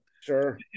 Sure